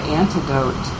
antidote